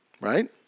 right